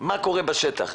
מה קורה בשטח.